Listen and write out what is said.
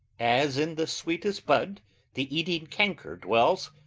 as in the sweetest bud the eating canker dwells,